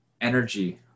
energy